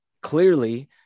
clearly